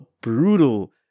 brutal